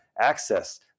access